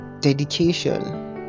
dedication